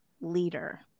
leader